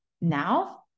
now